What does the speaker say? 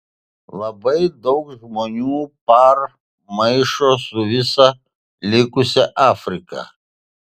labai daug žmonių par maišo su visa likusia afrika